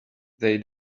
they